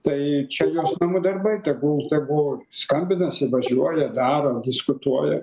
tai čia jos namų darbai tegul tegu skambina suvažiuoja daro diskutuoja